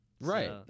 right